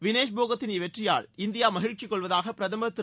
வினேஷ் போகத்தின் வெற்றியால் இந்தியா மகிழ்ச்சி கொள்வதாக பிரதமர் திரு